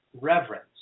reverence